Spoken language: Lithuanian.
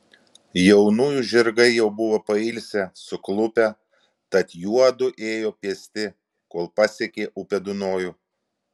jaunųjų žirgai jau buvo pailsę suklupę tad juodu ėjo pėsti kol pasiekė upę dunojų